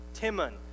Timon